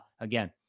again